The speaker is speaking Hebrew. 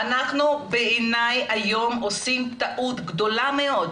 אנחנו בעיני היום עושים טעות גדולה מאוד,